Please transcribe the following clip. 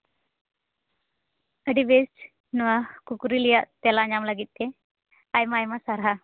ᱟᱹᱰᱤ ᱵᱮᱥ ᱱᱚᱣᱟ ᱠᱩᱠᱞᱤ ᱨᱮᱭᱟᱜ ᱛᱮᱞᱟ ᱧᱟᱢ ᱞᱟᱹᱜᱤᱫ ᱛᱮ ᱟᱭᱢᱟ ᱟᱭᱢᱟ ᱥᱟᱨᱦᱟᱣ